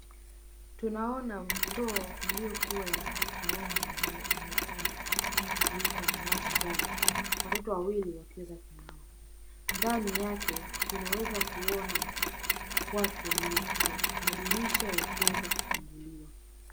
Tunaona ndoo iliyokuwa rangi ya nyekundu iliyokuwa na maji ndani. Watoto wawili wakiweza kunawa. Ndani yake tunaweza kuona watu walioketi. Madirisha yakiweza kufunguliwa.